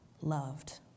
loved